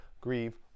grieve